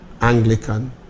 Anglican